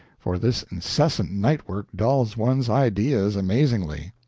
for this incessant night work dulls one's ideas amazingly.